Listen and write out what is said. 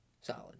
Solid